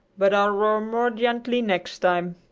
but i'll roar more gently next time.